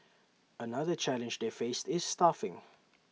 another challenge they faced is staffing